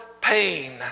pain